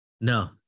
no